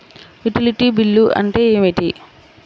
Utility bill అంటే ఏమిటి?